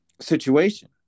situation